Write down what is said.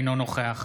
אינו נוכח